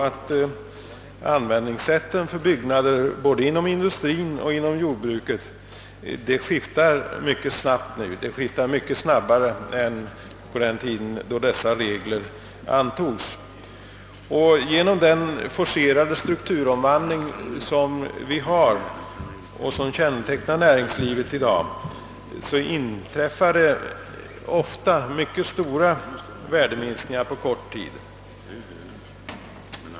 Användningssättet för byggnader både inom industrin och jordbruket skiftar mycket snabbt nuförtiden, mycket snabbare än på den tid då dessa regler antogs. På grund av den forcerade strukturomvandling som kännetecknar näringslivet i dag inträffar det mycket ofta stora värdeminskningar på kort tid.